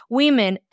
women